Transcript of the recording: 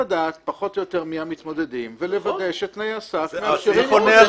לדעת פחות או יותר מי המתמודדים ולוודא שתנאי הסף מאפשרים את זה.